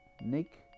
Nick